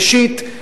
ראשית,